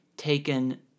taken